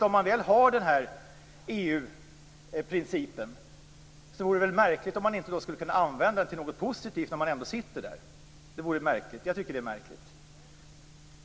Om man väl har denna EU-princip vore det märkligt om man inte skulle kunna använda den till något positivt när man ändå sitter med. Jag tycker att det är märkligt.